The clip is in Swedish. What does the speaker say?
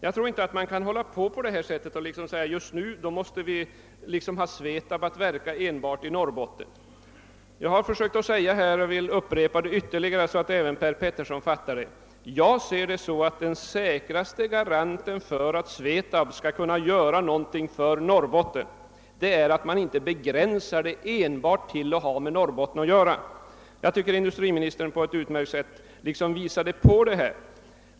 Jag tror inte att man kan fortsätta på detta sätt och t.ex. säga, att just nu måste vi ha SVETAB för att verka enbart i Norrbotten. Jag har sagt förut — men vill upprepa det, så att även herr Petersson i Gäddvik fattar det — att jag anser att den säkraste garantin för att SVE TAB skall kunna göra någonting för Norrbotten är att man inte begränsar verksamheten enbart till Norrbotten. Jag tycker att industriministern på ett utmärkt sätt har påvisat detta.